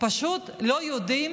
פשוט לא יודעים,